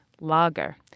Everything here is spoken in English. lager